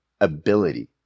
ability